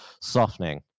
softening